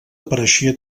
apareixia